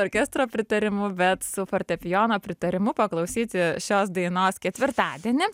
orkestro pritarimu bet su fortepijono pritarimu paklausyti šios dainos ketvirtadienį